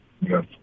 Yes